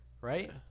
right